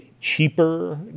cheaper